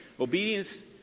Obedience